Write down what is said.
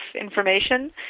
information